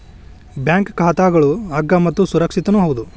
bank ಖಾತಾಗಳು ಅಗ್ಗ ಮತ್ತು ಸುರಕ್ಷಿತನೂ ಹೌದು